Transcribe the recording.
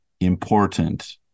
important